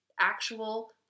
Actual